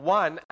one